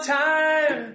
time